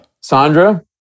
Sandra